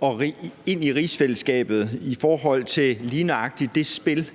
spille i rigsfællesskabet i forhold til lige nøjagtig det spil?